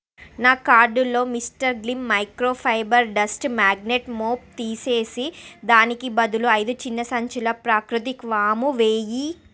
నా కార్డు లో Mr Gleam micro fibre dust magnet mop తీసేసి దానికి బదులు ఐదు చిన్న సంచుల ప్రాకృతిక్ వాము వేయి